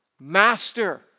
Master